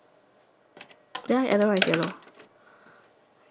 ya then the purple one is Peggy Sue